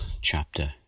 chapter